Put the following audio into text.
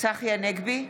צחי הנגבי,